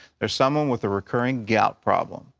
there's someone with a recurring gout problem.